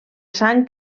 sang